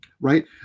Right